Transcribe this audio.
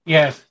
Yes